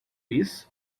isso